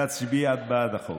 להצביע בעד החוק.